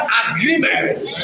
agreement